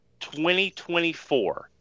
2024